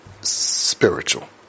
spiritual